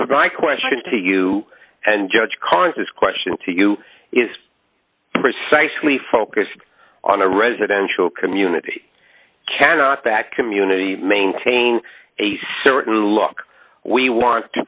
i question to you and judge carnes this question to you is precisely focused on a residential community cannot that community maintain a certain look we want